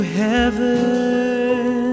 heaven